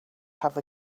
have